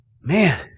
Man